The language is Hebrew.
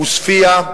עוספיא,